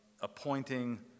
appointing